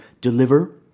deliver